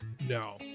No